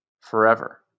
forever